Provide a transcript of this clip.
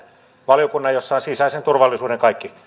valiokunnan jossa on sisäisen turvallisuuden kaikki